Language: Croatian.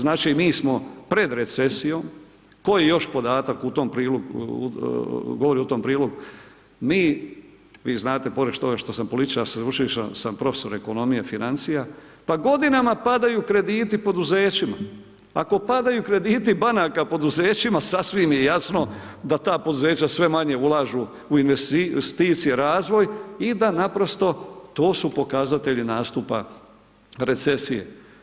Znači, mi smo pred recesijom, koji još podatak u tom prilogu, govori u tom prilog, mi, vi znate pored toga što sam političar, sveučilišni sam profesor ekonomije financija, pa godinama padaju krediti poduzećima, ako padaju krediti banaka poduzećima, sasvim je jasno da ta poduzeća sve manje ulažu u investicije, razvoj, i da naprosto to su pokazatelji nastupa recesije.